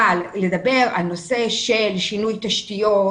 אבל לדבר על נושא של שינוי תשתיות